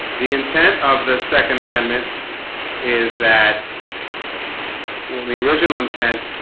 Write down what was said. the intent of the second amendment is that well and the original intent